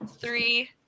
three